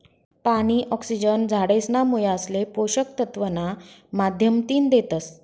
पानी, ऑक्सिजन झाडेसना मुयासले पोषक तत्व ना माध्यमतीन देतस